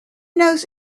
knows